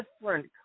different